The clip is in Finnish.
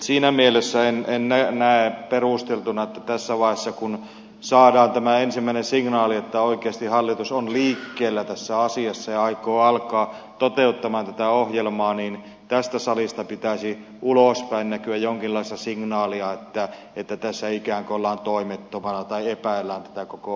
siinä mielessä en näe perusteltuna että tässä vaiheessa kun saadaan tämä ensimmäinen signaali että oikeasti hallitus on liikkeellä tässä asiassa ja aikoo alkaa toteuttaa tätä ohjelmaa tästä salista pitäisi ulospäin näkyä jonkinlaista signaalia että ikään kuin ollaan toimettomana tai epäillään tätä koko ohjelmaa